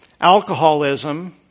Alcoholism